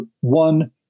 one